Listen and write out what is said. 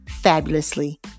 fabulously